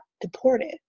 deported